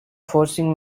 forcing